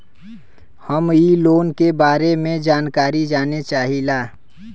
हम इ लोन के बारे मे जानकारी जाने चाहीला?